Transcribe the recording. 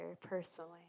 personally